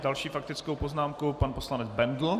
Další faktickou poznámku má pan poslanec Bendl.